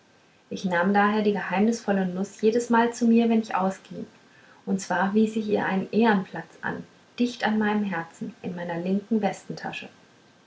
ich nahm daher die geheimnisvolle nuß jedesmal zu mir wenn ich ausging und zwar wies ich ihr einen ehrenplatz an dicht an meinem herzen in meiner linken westentasche